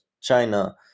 China